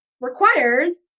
requires